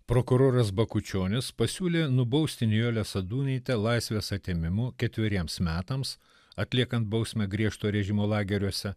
prokuroras bakučionis pasiūlė nubausti nijolę sadūnaitę laisvės atėmimu ketveriems metams atliekant bausmę griežto režimo lageriuose